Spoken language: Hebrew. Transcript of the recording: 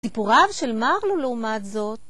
סיפוריו של מרלו לעומת זאת